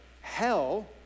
Hell